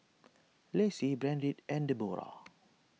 Lacy Brandt and Debora